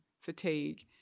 fatigue